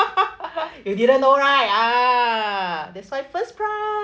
you didn't know right ah that's why first prize